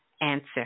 answer